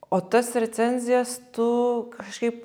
o tas recenzijas tu kažkaip